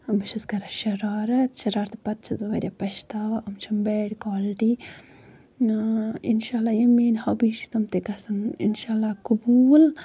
بہٕ چھَس کران شَرارت شَرارتہٕ پَتہٕ چھَس بہٕ واریاہ پَشتاوان یِم چھِ مےٚ بیڈ کالٹی اۭں اِنشاء اللہ یِم میٲنۍ ہابی چھِ تِم تہِ گژھن اِنشاء اللہ قبوٗل